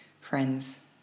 Friends